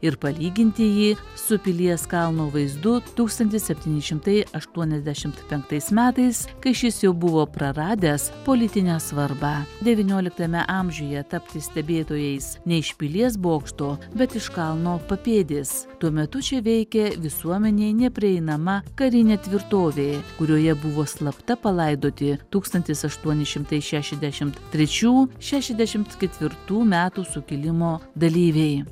ir palyginti jį su pilies kalno vaizdu tūkstantis septyni šimtai aštuoniasdešimt penktais metais kai šis jau buvo praradęs politinę svarbą devynioliktajame amžiuje tapti stebėtojais ne iš pilies bokšto bet iš kalno papėdės tuo metu čia veikė visuomenei neprieinama karinė tvirtovė kurioje buvo slapta palaidoti tūkstantis aštuoni šimtai šešiasdešimt trečių šešiasdešimt ketvirtų metų sukilimo dalyviai